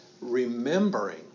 remembering